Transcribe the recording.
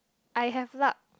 I have luck